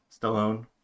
Stallone